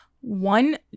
one